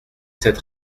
cette